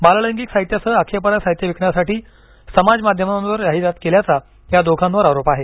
बाल लंगिक साहित्यासह आक्षेपाई साहित्य विकण्यासाठी समाज माध्यमांवर जाहिरात केल्याचा या दोघांवर आरोप आहे